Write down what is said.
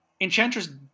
Enchantress